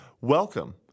Welcome